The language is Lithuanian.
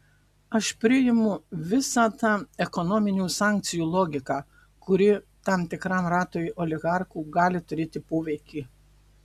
aš priimu visą tą ekonominių sankcijų logiką kuri tam tikram ratui oligarchų gali turėti poveikį